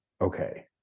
Okay